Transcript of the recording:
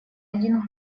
один